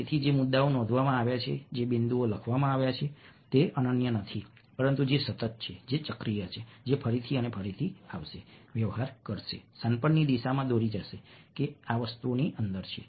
તેથી જે મુદ્દાઓ નોંધવામાં આવ્યા છે જે બિંદુઓ લખવામાં આવ્યા છે તે અનન્ય નથી પરંતુ જે સતત છે જે ચક્રીય છે જે ફરીથી અને ફરીથી આવશે વ્યવહાર કરશે શાણપણની દિશામાં દોરી જશે કે આ વસ્તુઓ અંદર છે